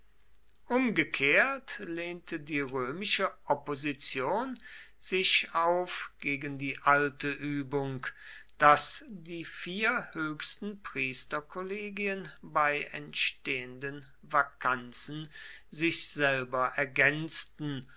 umgekehrt lehnte die römische opposition sich auf gegen die alte übung daß die vier höchsten priesterkollegien bei entstehenden vakanzen sich selber ergänzten